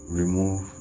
remove